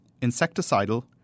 insecticidal